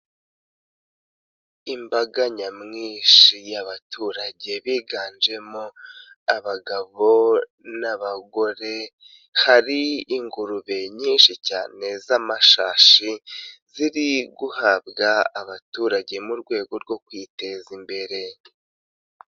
Imbaga nyamwinshi y'abaturage biganjemo abagabo n'abagore, hari ingurube nyinshi cyane z'amashashi ziri guhabwa abaturage mu rwego rwo kwiteza imbere.